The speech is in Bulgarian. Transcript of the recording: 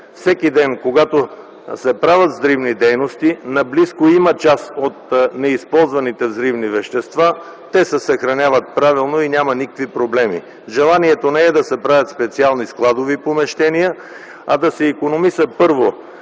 Всеки ден, когато се правят взривни дейности, наблизо има част от неизползваните взривни вещества, те се съхраняват правилно и няма никакви проблеми. Желанието не е да се правят специални складови помещения, а да се икономиса, първо,